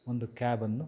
ಒಂದು ಕ್ಯಾಬನ್ನು